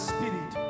Spirit